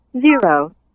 zero